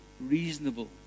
Reasonable